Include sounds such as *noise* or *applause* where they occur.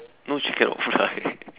no she cannot fly *laughs*